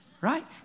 right